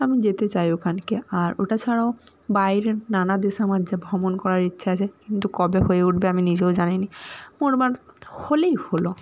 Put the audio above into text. আমি যেতে চাই ওখানকে আর ওটা ছাড়াও বাইরেও নানা দেশে আমার যে ভ্রমণ করার ইচ্ছা আছে কিন্তু কবে হয়ে উঠবে আমি নিজেও জানি না মোটমাট হলেই হলো